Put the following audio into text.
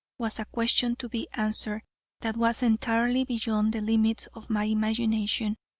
was a question to be answered that was entirely beyond the limits of my imagination.